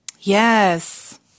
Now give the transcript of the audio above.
Yes